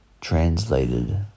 translated